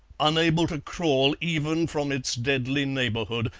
unable to crawl even from its deadly neighbourhood,